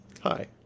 hi